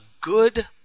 good